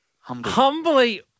humbly